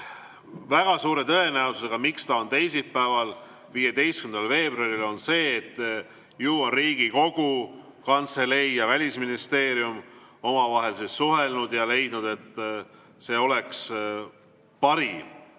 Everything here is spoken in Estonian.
Väga suure tõenäosusega, miks see on teisipäeval, 15. veebruaril on see, et ju on Riigikogu Kantselei ja Välisministeerium omavahel suhelnud ja leidnud, et see oleks parim,